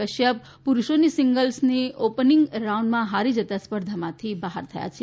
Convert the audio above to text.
કશ્યમ પુરૂષોની સીંગલ્સના ઓપનીંગ રાઉન્ડમાં હારી જતા સ્પર્ધામાંથી બહાર થયા છે